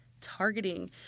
Targeting